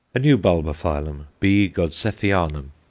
a new bulbophyllum, b. godseffianum,